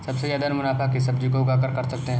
सबसे ज्यादा मुनाफा किस सब्जी को उगाकर कर सकते हैं?